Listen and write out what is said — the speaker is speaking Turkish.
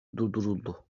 durduruldu